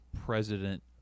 president